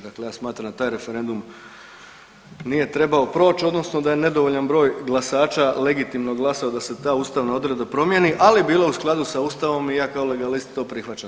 Dakle, ja smatram da taj referendum nije trebao proći odnosno da je nedovoljan broj glasača legitimno glasao da se ta ustavna odredba promijeni, ali je bila u skladu sa Ustavnom i ja kao legalist to prihvaćam.